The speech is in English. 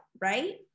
right